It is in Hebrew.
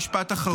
משפט אחרון.